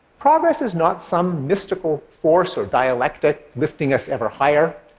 progress is not some mystical force or dialectic lifting us ever higher.